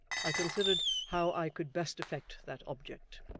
i considered how i could best effect that object,